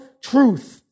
truth